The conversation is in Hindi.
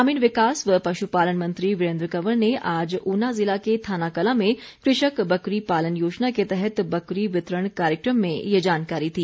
ग्रामीण विकास व पशुपालन मंत्री वीरेन्द्र कंवर ने आज ऊना जिला के थानाकलां में कृषक बकरी पालन योजना के तहत बकरी वितरण कार्यक्रम में ये जानकारी दी